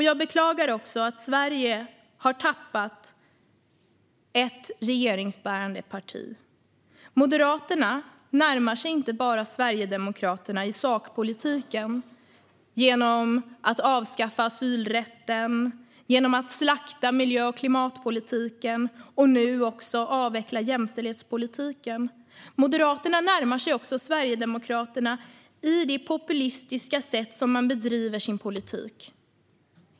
Jag beklagar också att Sverige har tappat ett regeringsbärande parti. Moderaterna närmar sig Sverigedemokraterna inte bara i sakpolitiken, genom att avskaffa asylrätten, slakta miljö och klimatpolitiken och nu också avveckla jämställdhetspolitiken; Moderaterna närmar sig Sverigedemokraterna också i det populistiska sätt man bedriver sin politik på.